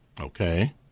Okay